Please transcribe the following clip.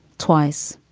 twice.